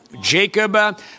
Jacob